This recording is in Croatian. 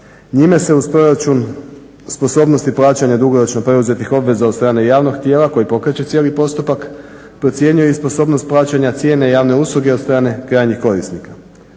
Njime se uz proračun sposobnosti plaćanja dugoročno preuzetih obveza od strane javnog tijela koje pokreće cijeli postupak, procjenjuje i sposobnost plaćanja cijene javne usluge od strane krajnjih korisnika.